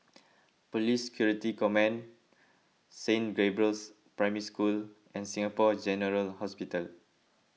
Police Security Command Saint Gabriel's Primary School and Singapore General Hospital